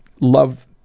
love